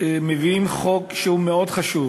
מביאים חוק שהוא מאוד חשוב,